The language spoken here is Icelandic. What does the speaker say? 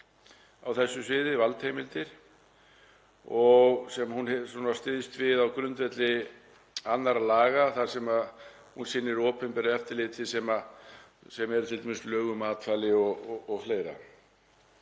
á þessu sviði, valdheimildir sem hún styðst við á grundvelli annarra laga þar sem hún sinnir opinberu eftirliti, sem eru t.d. lög um matvæli og fleira.